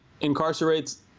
incarcerates